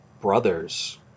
brothers